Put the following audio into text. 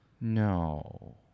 No